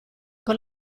con